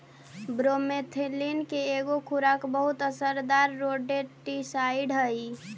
bromethalin के एके खुराक बहुत असरदार रोडेंटिसाइड हई